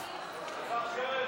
מממשלת ישראל,